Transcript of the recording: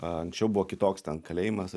anksčiau buvo kitoks ten kalėjimas